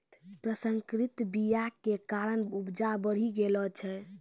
प्रसंकरित बीया के कारण उपजा बढ़ि गेलो छै